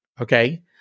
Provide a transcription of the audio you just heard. okay